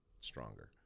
stronger